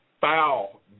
foul